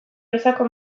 gisako